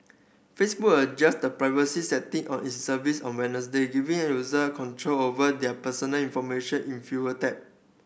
Facebook adjusted the privacy setting on its service on Wednesday giving user control over their personal information in fewer tap